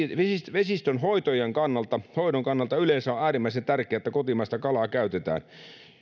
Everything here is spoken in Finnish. vesistönhoidon kannalta yleensä on äärimmäisen tärkeää että kotimaista kalaa käytetään